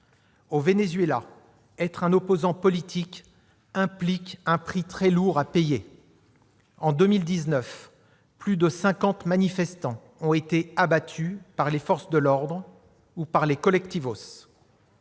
Au Venezuela, être un opposant politique implique un prix très lourd à payer : en 2019, plus de 50 manifestants ont été abattus par les forces de l'ordre ou par les, des